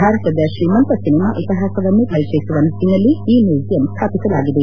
ಭಾರತದ ಶ್ರೀಮಂತ ಸಿನೆಮಾ ಇತಿಹಾಸವನ್ನು ಪರಿಚಯಿಸುವ ನಿಟ್ಟನಲ್ಲಿ ಈ ಮ್ಯೂಸಿಯಂ ಸ್ಥಾಪಿಸಲಾಗಿದೆ